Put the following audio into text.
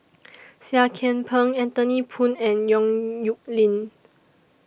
Seah Kian Peng Anthony Poon and Yong Nyuk Lin